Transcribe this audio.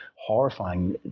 horrifying